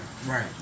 Right